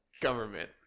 government